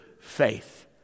faith